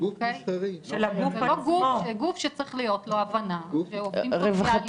גוף שצריך להיות לו הבנה --- רווחתי.